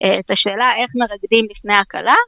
את השאלה, איך מרקדים לפני הכלה